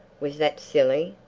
was that silly?